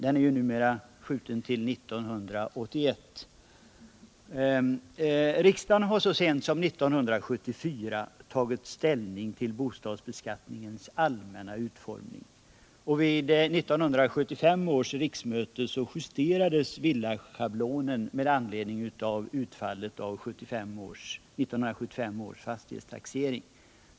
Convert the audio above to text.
Den är numera framflyttad till 1981. Riksdagen har så sent som 1974 tagit ställning till bostadsbeskattningens allmänna utformning. Vid 1975 års riksmöte justerades villaschablonen med anledning av utfallet av 1975 års fastighetstaxering.